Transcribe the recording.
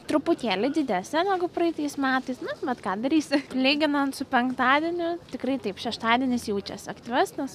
truputėlį didesnė negu praeitais metais na bet ką darysi lyginant su penktadieniu tikrai taip šeštadienis jaučiasi aktyvesnis